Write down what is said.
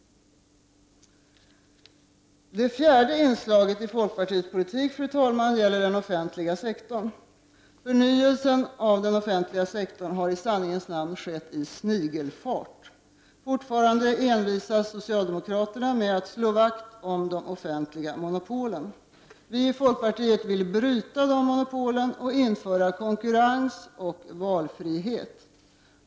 Det fjärde inslaget i folkpartiets politik, fru talman, gäller den offentliga sektorn. Förnyelsen av den offentliga sektorn har i sanningens namn skett i snigelfart. Fortfarande envisas socialdemokraterna med att slå vakt om de offentliga monopolen. Vi i folkpartiet vill bryta dessa monopol och införa konkurrens och valfrihet.